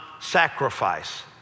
sacrifice